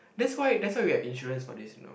that's why that's why we have insurance for this you know